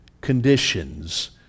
conditions